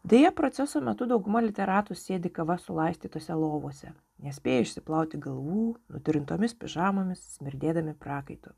deja proceso metu dauguma literatų sėdi kava sulaistytose lovose nespėja išsiplauti galvų nutrintomis pižamomis smirdėdami prakaitu